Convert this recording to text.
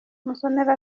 musonera